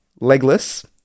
Legless